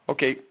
Okay